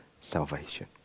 salvation